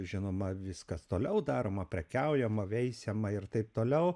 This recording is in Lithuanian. žinoma viskas toliau daroma prekiaujama veisiama ir taip toliau